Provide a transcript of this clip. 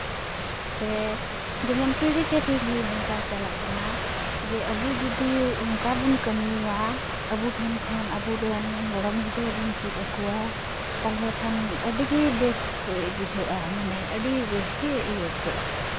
ᱥᱮ ᱡᱮᱢᱚᱱ ᱯᱤᱲᱦᱤ ᱠᱮ ᱯᱤᱲᱦᱤ ᱚᱱᱠᱟ ᱪᱟᱞᱟᱜ ᱠᱟᱱᱟ ᱡᱮ ᱟᱵᱚ ᱡᱩᱫᱤ ᱚᱱᱠᱟ ᱵᱚᱱ ᱠᱟᱹᱢᱤᱭᱟ ᱟᱵᱚ ᱴᱷᱮᱱ ᱠᱷᱚᱱ ᱟᱵᱚᱨᱮᱱ ᱜᱚᱲᱚᱢ ᱜᱤᱫᱽᱨᱟᱹ ᱵᱚᱱ ᱪᱮᱫ ᱟᱠᱚᱣᱟ ᱛᱟᱦᱚᱞᱮ ᱠᱷᱟᱱ ᱟᱹᱰᱤ ᱜᱮ ᱵᱮᱥ ᱵᱩᱡᱷᱟᱹᱜᱼᱟ ᱢᱟᱱᱮ ᱟᱹᱰᱤ ᱵᱮᱥ ᱜᱮ ᱤᱭᱟᱹ ᱠᱚᱜᱼᱟ